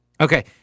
Okay